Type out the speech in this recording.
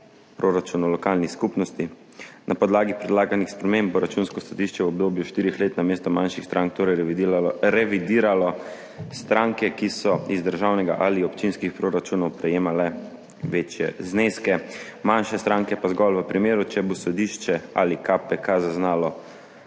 proračunov lokalnih skupnosti. Na podlagi predlaganih sprememb bo Računsko sodišče v obdobju štirih let namesto manjših strank torej revidiralo, revidiralo stranke, ki so iz državnega ali občinskih proračunov prejemale večje zneske, manjše stranke pa zgolj v primeru, če bo sodišče ali KPK zaznalo